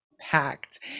packed